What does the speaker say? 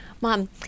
Mom